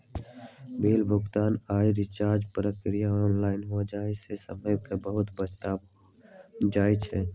bill भुगतान आऽ recharge प्रक्रिया ऑनलाइन हो जाय से समय के बहुते बचत हो जाइ छइ